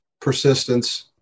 Persistence